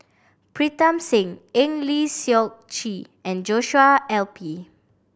Pritam Singh Eng Lee Seok Chee and Joshua L P